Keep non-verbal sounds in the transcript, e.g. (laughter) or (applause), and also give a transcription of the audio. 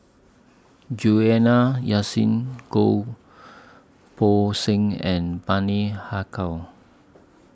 Juliana Yasin Goh (noise) Poh Seng and Bani Haykal